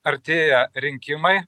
artėja rinkimai